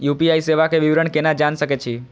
UPI सेवा के विवरण केना जान सके छी?